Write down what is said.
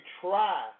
try